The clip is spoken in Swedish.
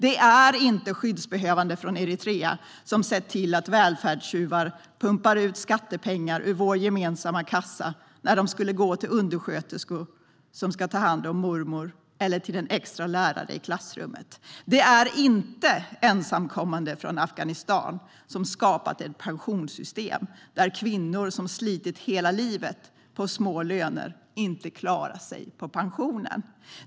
Det är inte skyddsbehövande från Eritrea som har sett till att välfärdstjuvar pumpar ut skattepengar ur vår gemensamma kassa, skattepengar som skulle gå till undersköterskor som ska ta hand om mormor eller till en extra lärare i klassrummet. Det är inte ensamkommande från Afghanistan som har skapat ett pensionssystem som innebär att kvinnor som har slitit hela livet för små löner inte klarar sig på pensionen.